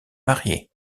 marié